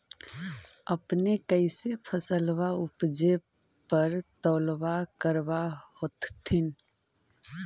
अपने कैसे फसलबा उपजे पर तौलबा करबा होत्थिन?